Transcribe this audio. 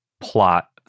plot